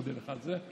אני מודה לך על זה.